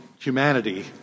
humanity